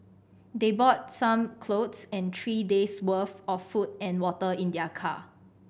they brought some clothes and three days worth of food and water in their car